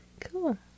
Cool